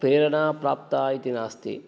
प्रेरणा प्राप्ता इति नास्ति